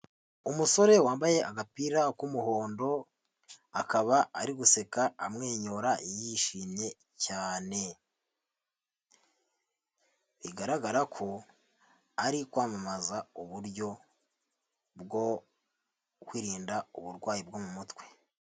Umusore wambaye agapira k'umuhondo, akaba ari guseka amwenyura yishimye cyane, bigaragara ko ari kwamamaza uburyo bwo kwirinda uburwayi bwo mu mutwe.